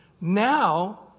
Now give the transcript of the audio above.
now